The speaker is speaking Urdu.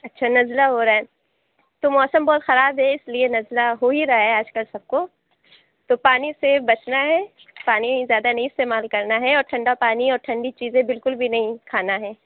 اچھا نزلہ ہو رہا ہے تو موسم بہت خراب ہے اِس لیے نزلہ ہو ہی رہا ہے آجکل سب کو تو پانی سے بچنا ہے پانی زیادہ نہیں استعمال کرنا ہے اور ٹھنڈا پانی اور ٹھنڈی چیزیں بالکل بھی نہیں کھانا ہے